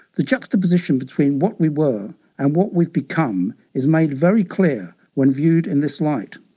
the juxtaposition between what we were and what we've become is made very clear when viewed in this light.